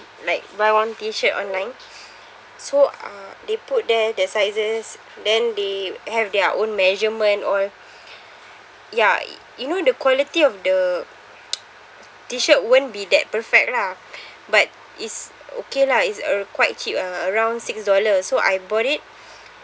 like buy one t shirt online so uh they put there the sizes then they have their own measurement all ya you know the quality of the T-shirt won't be that perfect lah but it's okay lah is uh quite cheap around ah around six dollars so I bought it